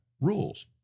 rules